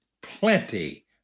plenty